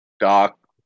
Doc